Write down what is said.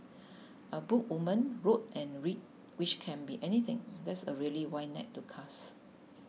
a book woman wrote and read which can be anything that's a really wide net to cast